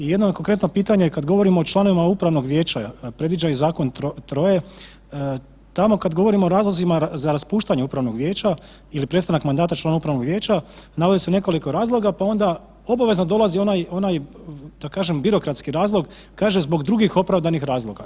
I jedno konkretno pitanje, kad govorimo o članovima upravnog vijeća, predviđa ih zakon troje, tamo ga govorimo o razlozima za raspuštanje upravnog vijeća ili prestanak mandata člana upravnog vijeća, navodi se nekoliko razloga, pa onda obavezno dolazi onaj, da kažem, birokratski razlog, kaže, zbog drugih opravdanih razloga.